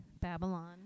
Babylon